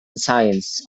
science